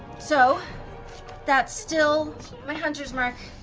so that's still my hunter's mark,